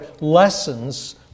lessons